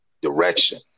direction